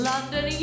London